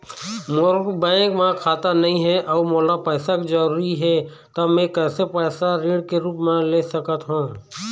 मोर bank म खाता नई हे अउ मोला पैसा के जरूरी हे त मे कैसे पैसा ऋण के रूप म ले सकत हो?